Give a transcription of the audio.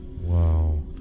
wow